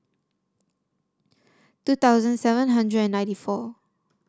two thousand seven hundred and ninety four